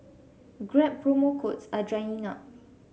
grab promo codes are drying up